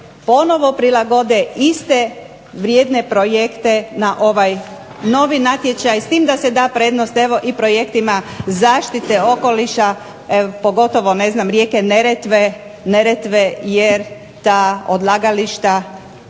ponovno prilagode iste vrijedne projekte na ovaj novi natječaj s tim da se da prednost projektima zaštite okoliša, pogotovo ne znam rijeke Neretve, jer ta odlagališta